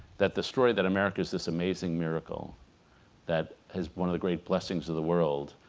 that the story that america is this amazing miracle that has one of the great blessings of the world